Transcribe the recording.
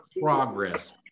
progress